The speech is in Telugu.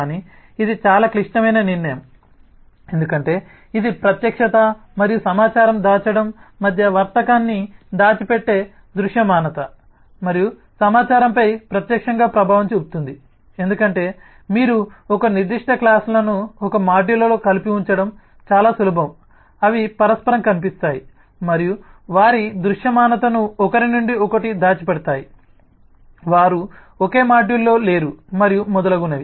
కానీ ఇది చాలా క్లిష్టమైన నిర్ణయం ఎందుకంటే ఇది ప్రత్యక్షత మరియు సమాచార దాచడం మధ్య వర్తకాన్ని దాచిపెట్టే దృశ్యమానత మరియు సమాచారంపై ప్రత్యక్షంగా ప్రభావం చూపుతుంది ఎందుకంటే మీరు ఒక నిర్దిష్ట క్లాస్లను ఒక మాడ్యూల్లో కలిపి ఉంచడం చాలా సులభం అవి పరస్పరం కనిపిస్తాయి మరియు వారి దృశ్యమానతను ఒకరి నుండి దాచిపెడతాయి వారు ఒకే మాడ్యూల్లో లేరు మరియు మొదలగునవి